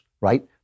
right